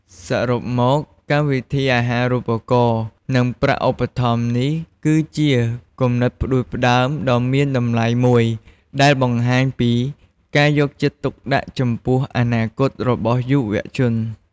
សរុបមក កម្មវិធីអាហារូបករណ៍ និងប្រាក់ឧបត្ថម្ភនេះគឺជា គំនិតផ្ដួចផ្ដើមដ៏មានតម្លៃមួយ ដែលបង្ហាញពី ការយកចិត្តទុកដាក់ ចំពោះ អនាគតរបស់យុវជន។